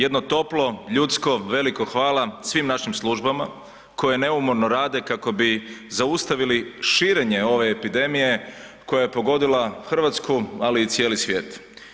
Jedno toplo, ljudsko, veliko hvala svim našim službama koje neumorno rade kako bi zaustavili širenje ove epidemije koja je pogodila RH, ali i cijeli svijet.